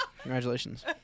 Congratulations